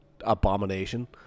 abomination